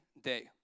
day